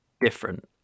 different